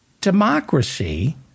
democracy